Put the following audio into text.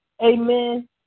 Amen